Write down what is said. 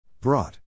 Brought